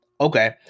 Okay